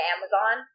Amazon